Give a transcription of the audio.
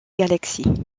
galaxies